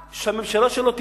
שהממשלה שלו תיפול.